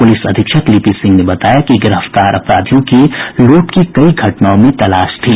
police अधीक्षक लिपि सिंह ने बताया गिरफ्तार अपराधियों की लूट की कई घटनाओं में तलाश थी